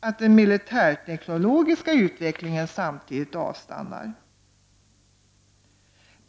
att den militärteknologiska utvecklingen samtidigt avstannar.